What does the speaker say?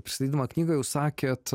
pristatydama knygą jūs sakėt